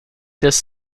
this